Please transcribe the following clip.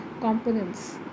components